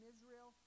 Israel